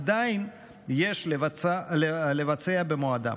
עדיין יש לבצע במועדם.